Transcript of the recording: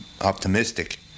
optimistic